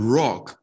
rock